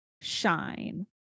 shine